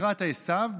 לקראת עשיו,